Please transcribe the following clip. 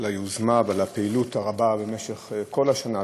היוזמה ועל הפעילות הרבה במשך כל השנה,